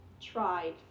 tried